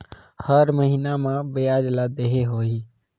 हर महीना मा ब्याज ला देहे होही?